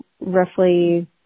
roughly